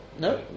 no